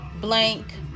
blank